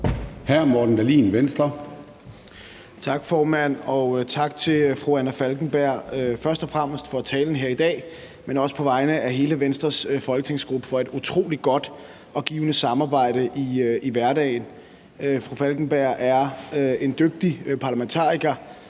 Morten Dahlin (V): Tak, formand, og tak til fru Anna Falkenberg, først og fremmest for talen her i dag, men også tak på vegne af hele Venstres folketingsgruppe for et utrolig godt og givende samarbejde i hverdagen. Fru Anna Falkenberg er en dygtig parlamentariker,